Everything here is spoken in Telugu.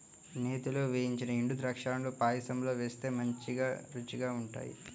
నేతిలో వేయించిన ఎండుద్రాక్షాలను పాయసంలో వేస్తే మంచి రుచిగా ఉంటాయి